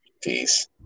Peace